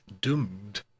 doomed